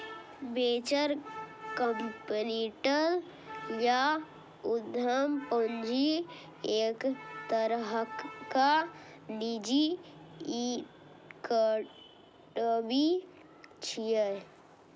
venture capital या उद्यम पूंजी एक तरहक निजी इक्विटी छियै